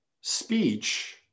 speech